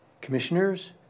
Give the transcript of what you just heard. commissioners